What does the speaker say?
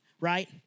right